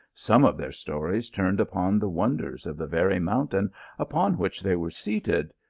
some of their stories turned upon the wonders of the very mountain upon which they were seated,